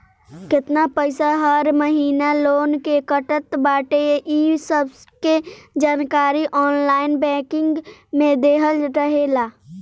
केतना पईसा हर महिना लोन के कटत बाटे इ सबके जानकारी ऑनलाइन बैंकिंग में देहल रहेला